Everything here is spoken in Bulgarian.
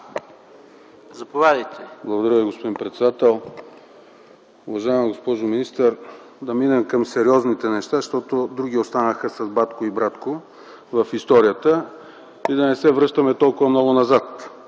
(СК): Благодаря Ви, господин председател. Уважаема госпожо министър! Да минем към сериозните неща, защото други останаха с „батко” и „братко” в историята и да не се връщаме толкова много назад!